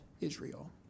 Israel